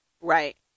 Right